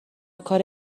کار